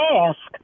ask